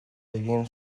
egin